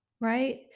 Right